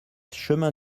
chemin